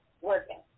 working